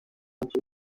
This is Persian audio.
همچین